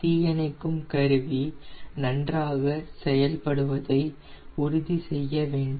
தீயணைக்கும் கருவி நன்றாக செயல்படுவதை உறுதி செய்ய வேண்டும்